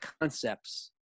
concepts